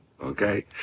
okay